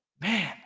man